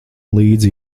līdzi